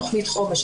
תוכנית חומש.